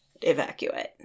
evacuate